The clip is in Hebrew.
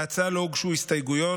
להצעה לא הוגשו הסתייגויות.